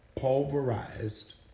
pulverized